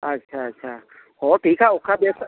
ᱟᱪᱪᱷᱟ ᱟᱪᱪᱷᱟ ᱦᱚᱸ ᱴᱷᱤᱠᱟ ᱚᱠᱟ ᱵᱮᱥᱟ